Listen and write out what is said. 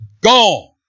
Gone